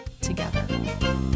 together